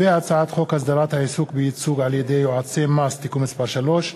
הצעת חוק הסדרת העיסוק בייצוג על-ידי יועצי מס (תיקון מס' 3),